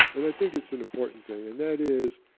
and i think it's an important thing, and that is